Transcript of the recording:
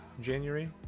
january